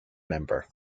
member